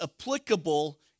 applicable